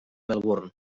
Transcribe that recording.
melbourne